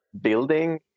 building